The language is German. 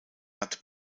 hat